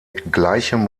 gleichem